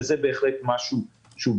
זה בהחלט דבר שהוא בר-קיימא.